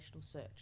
search